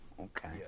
Okay